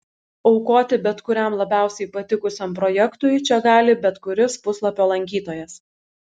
aukoti bet kuriam labiausiai patikusiam projektui čia gali bet kuris puslapio lankytojas